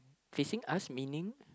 they sing us meaning